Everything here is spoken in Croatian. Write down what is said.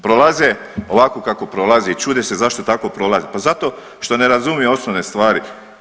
Prolaze ovako kako prolaze i čude se zašto tako prolaze, pa zato što ne razumiju osnovne stvari.